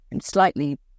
Slightly